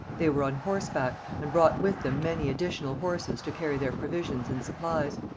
they were on horseback, and brought with them many additional horses to carry their provisions and supplies.